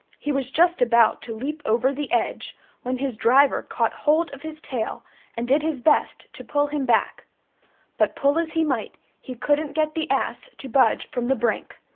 he was just about to leap over the edge when his driver caught hold of his tail and did his best to pull him back but pull as he might he couldn't get the ass to budge from the brink.